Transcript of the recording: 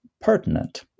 pertinent